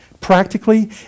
practically